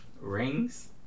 Rings